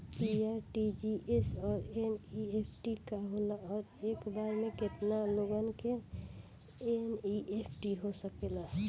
इ आर.टी.जी.एस और एन.ई.एफ.टी का होला और एक बार में केतना लोगन के एन.ई.एफ.टी हो सकेला?